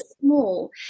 small